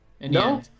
No